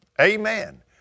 Amen